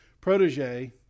protege